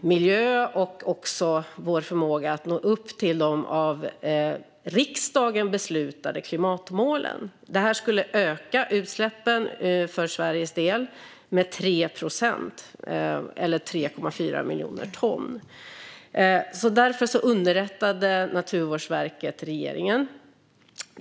miljö och vår förmåga att nå upp till de av riksdagen beslutade klimatmålen. Det här skulle öka utsläppen för Sveriges del med 3 procent, eller 3,4 miljoner ton. Därför underrättade Naturvårdsverket regeringen.